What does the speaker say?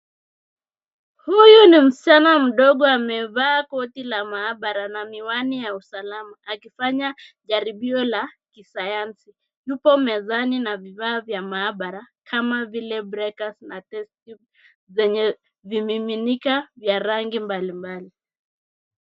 Huyu ni msichana mdogo amevaa koti la maabara na miwani ya usalama akifanya jaribio la kisayansi, yuko mezani na vifaa vya maabara kama vile breakers na test tubes zenye vimiminika vya rangi mbalimbali.